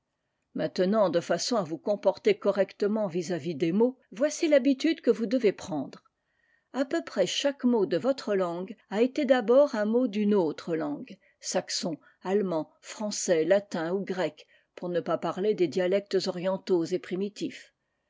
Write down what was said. maintenant de façon à vous comporter correctement vis-à-vis des mots voici l'habitude que vous devez prendre a peu près chaque mot de votre iangue a été d'abord un mot d'une autre langue saxon allemand français latin ou grec pour ne pas parler des dialectes orientaux et primitifs